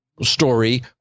story